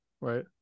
right